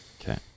okay